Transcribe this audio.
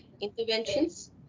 interventions